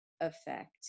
effect